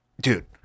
dude